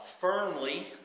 firmly